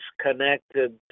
connected